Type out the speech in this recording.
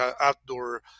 outdoor